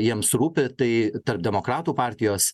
jiems rūpi tai tarp demokratų partijos